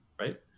right